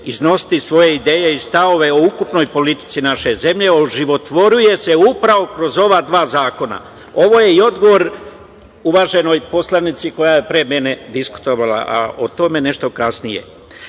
iznositi svoje ideje i stavove o ukupnoj politici naše zemlje, oživotvoruje se upravo kroz ova dva zakona. Ovo je i odgovor uvaženoj poslanici koja je pre mene diskutovala, a o tome nešto